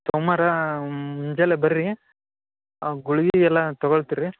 ಸೋಮ್ವಾರ ಮುಂಜಾನೆ ಬನ್ರಿ ಆ ಗುಳ್ಗೆಯೆಲ್ಲ ತೊಗೊಳ್ತಿರಿ